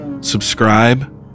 subscribe